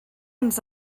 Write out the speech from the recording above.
ens